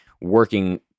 working